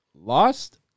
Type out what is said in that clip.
Lost